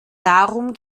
darum